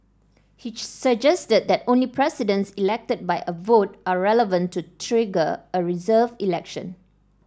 he suggested that only presidents elected by a vote are relevant to trigger a reserved election